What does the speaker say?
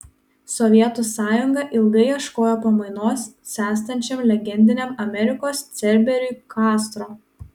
sovietų sąjunga ilgai ieškojo pamainos senstančiam legendiniam amerikos cerberiui kastro